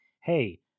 Hey